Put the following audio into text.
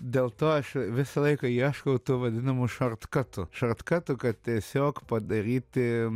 dėl to aš visą laiką ieškau tų vadinamų šortkatų šartkatų kad tiesiog padaryti